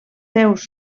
seus